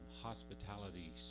hospitality